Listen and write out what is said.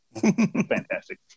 Fantastic